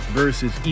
versus